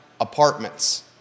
apartments